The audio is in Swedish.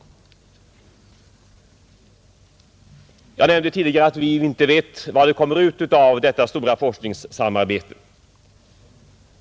Jag nämnde tidigare att vi inte vet vad det kommer ut av detta stora forskningssamarbete.